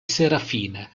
serafina